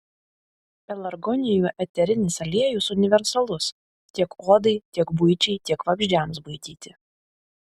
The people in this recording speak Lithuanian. pelargonijų eterinis aliejus universalus tiek odai tiek buičiai tiek vabzdžiams baidyti